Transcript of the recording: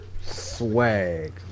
Swag